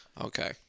Okay